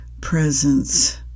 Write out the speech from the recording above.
presence